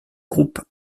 groupe